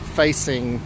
facing